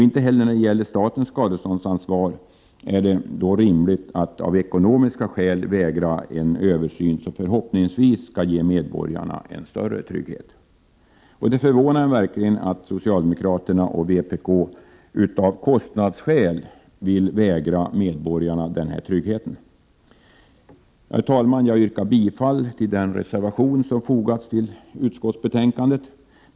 Inte heller när det gäller statens skadeståndsansvar är det då rimligt att av ekonomiska skäl vägra en översyn, som förhoppningsvis skulle kunna ge medborgarna en större trygghet. Det förvånar mig verkligen att socialdemokraterna och vpk av kostnadsskäl vill vägra medborgarna denna trygghet. Herr talman! Jag yrkar bifall till den reservation som fogats till utskottsbetänkandet.